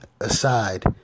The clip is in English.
aside